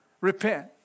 repent